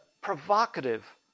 provocative